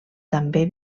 també